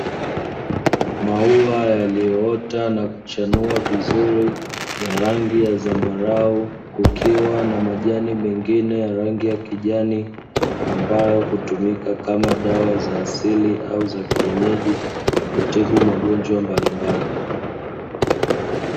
Maua yaliyoota na kuchanua vizuri ya rangi ya zambarau kukiwa na majani mengine ya rangi ya kijani, ambayo hutumika kama dawa za asili au za kienyeji kutibu magonjwa mbalimbali.